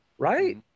Right